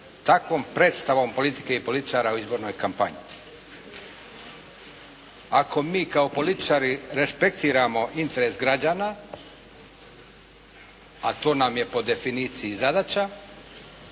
takvom predstavom politike i političara u izbornoj kampanji. Ako mi kao političari respektiramo interes građana, a to nam je po definiciji zadaća